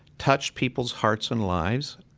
touched people's hearts and lives.